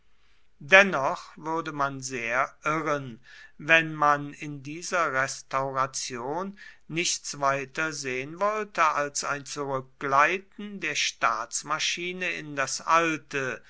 dennoch würde man sehr irren wenn man in dieser restauration nichts weiter sehen wollte als ein zurückgleiten der staatsmaschine in das alte